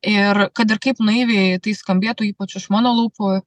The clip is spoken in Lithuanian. ir kad ir kaip naiviai tai skambėtų ypač iš mano lūpų